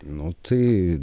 nu tai